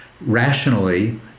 rationally